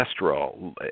cholesterol